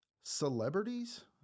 celebrities